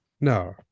No